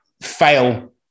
fail